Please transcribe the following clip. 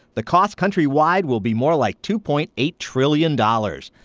the cost countrywide will be more like two point eight trillion dollars.